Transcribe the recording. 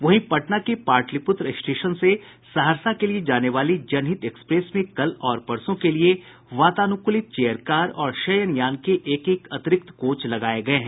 वहीं पटना के पाटलिपुत्र स्टेशन से सहरसा के लिए जाने वाली जनहित एक्सप्रेस में कल और परसों के लिए वातानुकूलित चेयर कार और शयनयान के एक एक अतिरिक्त कोच लगाये गये हैं